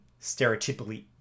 stereotypically